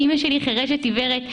אמא שלי חירשת ועיוורת,